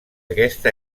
aquesta